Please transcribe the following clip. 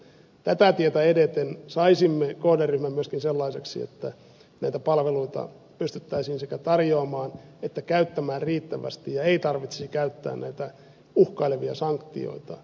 tätä tietä edeten saisimme kohderyhmän myöskin sellaiseksi että näitä palveluita pystyttäisiin sekä tarjoamaan että käyttämään riittävästi ja ei tarvitsisi käyttää näitä uhkailevia sanktioita